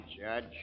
Judge